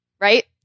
right